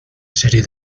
serie